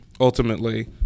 ultimately